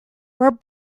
were